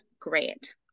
great